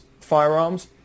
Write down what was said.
firearms